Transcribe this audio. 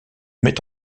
met